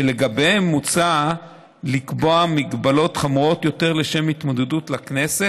שלגביהן מוצע לקבוע הגבלות חמורות יותר לשם התמודדות לכנסת.